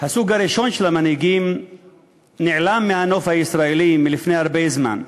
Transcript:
הסוג הראשון של המנהיגים נעלם מהנוף הישראלי לפני הרבה זמן.